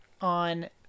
on